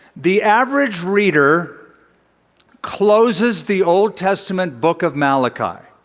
the average reader closes the old testament book of malachi,